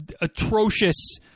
atrocious